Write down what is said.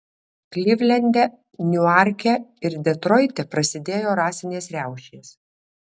klivlende niuarke ir detroite prasidėjo rasinės riaušės